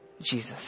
Jesus